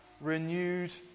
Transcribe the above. renewed